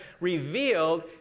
revealed